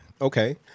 Okay